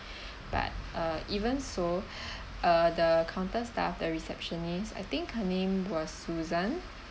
but uh even so uh the counter staff the receptionist I think her name was susan